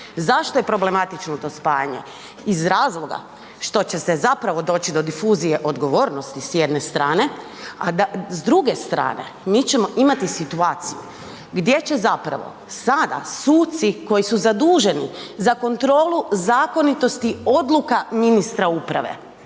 Zašto je problematično to spajanje? Iz razloga što će doći do difuzije odgovornosti s jedne strane, a s druge strane mi ćemo imati situaciju gdje će sada suci koji su zaduženi za kontrolu zakonitosti odluka ministra uprave,